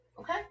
Okay